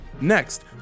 Next